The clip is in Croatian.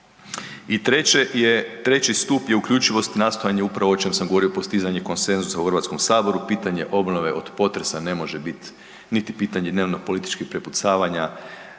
treći stup je uključivost nastojanje upravo ovog čeg sam govorio, postizanje konsenzusa u HS-u, pitanje obnove od potresa ne može biti niti pitanje dnevno političkih prepucavanja